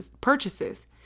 purchases